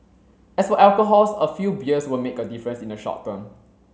as for alcohols a few beers won't make a difference in the short term